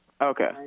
Okay